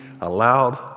allowed